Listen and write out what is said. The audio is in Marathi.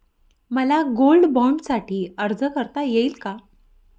मला गोल्ड बाँडसाठी अर्ज करता येईल का?